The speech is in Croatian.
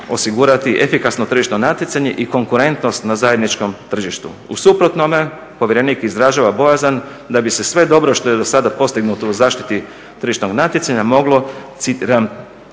osigurati efikasno tržišno natjecanje i konkurentnost na zajedničkom tržištu. U suprotnome, povjerenik izražava bojazan da bi se sve dobro što je do sada postignuto u zaštiti tržišnog natjecanja moglo citiram